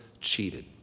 cheated